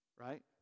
right